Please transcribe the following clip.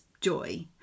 joy